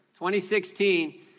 2016